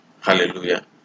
Hallelujah